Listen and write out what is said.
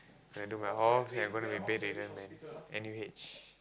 gonna do my I'm gonna be bedridden man n_u_h